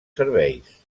serveis